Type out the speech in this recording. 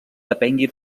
depengui